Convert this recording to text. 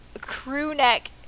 crew-neck